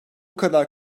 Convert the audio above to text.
kadar